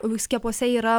skiepuose yra